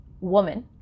woman